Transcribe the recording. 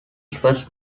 first